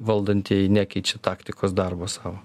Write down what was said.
valdantieji nekeičia taktikos darbo savo